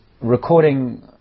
recording